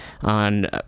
on